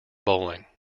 bowling